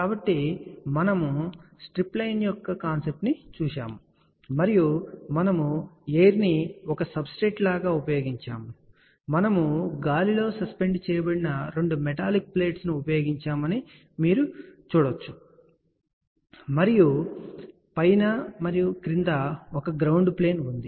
కాబట్టి మనము స్ట్రిప్లైన్ యొక్క కాన్సెప్ట్ ను చూశాము మరియు మనము ఎయిర్ ని ఒక సబ్స్ట్రెట్ లాగా ఉపయోగించాము లేదా మనము గాలిలో సస్పెండ్ చేయబడిన రెండు మెటాలిక్ ప్లేట్స్ ను ఉపయోగించామని మీరు చెప్పవచ్చు మరియు మాకు పైన మరియు దిగువన ఒక గ్రౌండ్ ప్లేన్ ఉంది